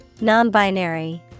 Non-binary